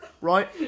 right